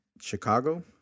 Chicago